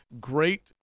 great